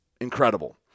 incredible